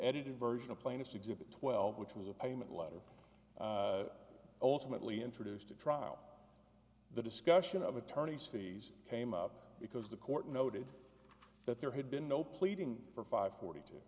edited version of plaintiff's exhibit twelve which was a payment letter ultimately introduced at trial the discussion of attorney's fees came up because the court noted that there had been no pleading for five forty two